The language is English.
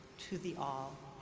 to the all.